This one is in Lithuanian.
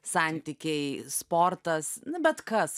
santykiai sportas na bet kas